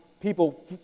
people